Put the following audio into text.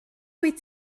wyt